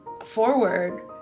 forward